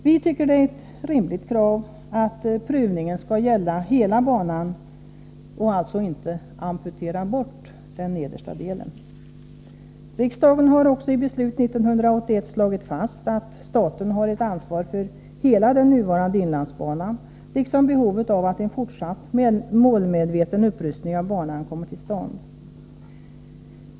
Vi tycker att det är ett rimligt krav att prövningen skall gälla hela banan och att man alltså inte skall amputera bort den nedersta delen. Riksdagen har också i beslut 1981 slagit fast att staten skall ha ett ansvar för hela den nuvarande inlandsbanan liksom behovet av att en fortsatt målmedveten upprustning av banan kommer till stånd.